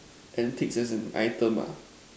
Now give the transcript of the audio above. antiques as in item ah